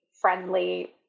friendly